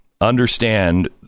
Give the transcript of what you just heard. Understand